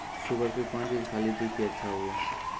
Sugar के कौन चीज खाली दी कि अच्छा हुए?